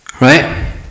Right